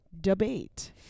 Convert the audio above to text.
debate